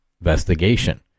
investigation